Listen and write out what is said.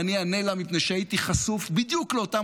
ואני אענה לה: מפני שהייתי חשוף בדיוק לאותם